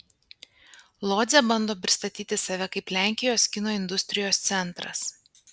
lodzė bando pristatyti save kaip lenkijos kino industrijos centras